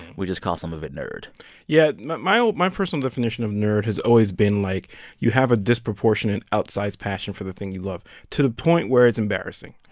we just call some of it nerd yeah. my my own my personal definition of nerd has always been like you have a disproportionate outsized passion for the thing you love to the point where it's embarrassing.